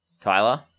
Tyler